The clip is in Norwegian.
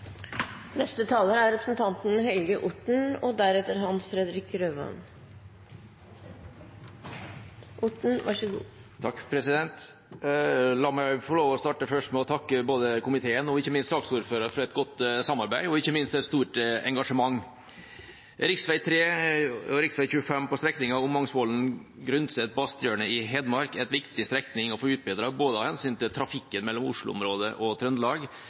La meg få starte med å takke både komiteen og ikke minst saksordføreren for et godt samarbeid og et stort engasjement. Riksvei 3 og rv. 25 på strekningen Ommangsvollen–Grundset/Basthjørnet i Hedmark er en viktig strekning å få utbedret av hensyn til trafikken mellom Oslo-området og Trøndelag,